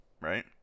right